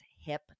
hip